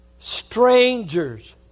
strangers